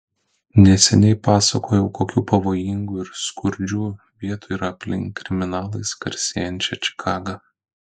neseniai pasakojau kokių pavojingų ir skurdžių vietų yra aplink kriminalais garsėjančią čikagą